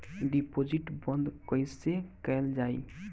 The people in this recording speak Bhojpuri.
डिपोजिट बंद कैसे कैल जाइ?